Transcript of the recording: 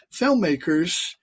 filmmakers